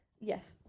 Yes